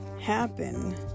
happen